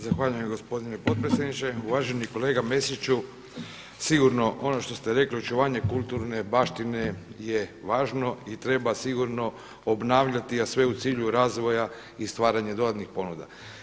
Zahvaljujem gospodine potpredsjedniče, uvaženi kolega Mesiću, sigurno ono što ste rekli očuvanje kulturne baštine je važno i treba sigurno obnavljati a sve u cilju razvoja i stvaranja dodatnih ponuda.